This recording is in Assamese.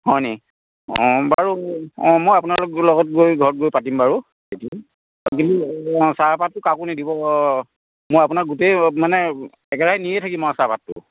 হয় নেকি অ' বাৰু অ' মই আপোনাৰ লগত গৈ ঘৰত গৈ পাতিম বাৰু চাহপাতটো কাকো নিদিব মই আপোনাক গোটেই মানে একেবাৰে নিয়ে থাকিম আও চাহপাতটো